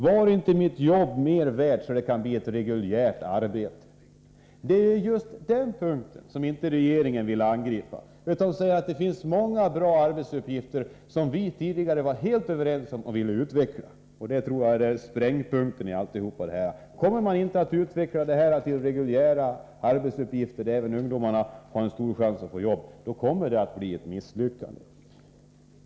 Var inte mitt jobb mer värt, så att det kan bli ett reguljärt arbete? Det är just detta som regeringen inte vill angripa. Man säger att det finns många bra arbetsuppgifter som vi tidigare varit helt överens om och velat utveckla. Detta tror jag är den springande punkten i det hela. Kommer man inte att utveckla de här arbetena till reguljära arbeten, där ungdomarna har en stor chans att få jobb, då kommer detta att bli ett misslyckande.